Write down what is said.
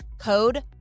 Code